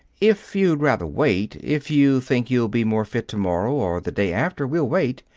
if you'd rather wait, if you think you'll be more fit to-morrow or the day after, we'll wait.